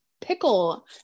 pickle